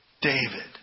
David